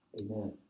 Amen